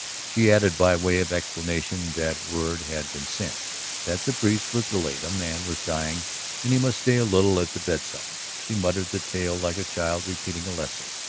she added by way of explanation that word had been sent that the priest was delayed a man was dying and he must stay a little at the bedside. she muttered the tale like a child repeating a lesson.